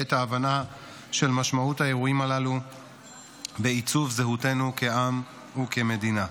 את ההבנה של משמעות האירועים הללו בעיצוב זהותנו כעם וכמדינה.